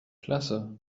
klasse